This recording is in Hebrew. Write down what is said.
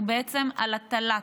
הוא בעצם על תל"ת,